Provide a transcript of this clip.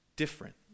different